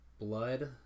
Blood